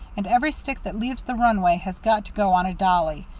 and every stick that leaves the runway has got to go on a dolly.